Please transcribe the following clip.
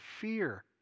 fear